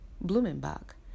Blumenbach